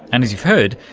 and as you've heard,